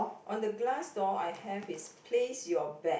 on the glass door I have is place your bet